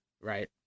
right